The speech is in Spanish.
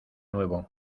nuevo